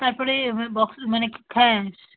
তারপরে এ বক্সিং মানে খ্যা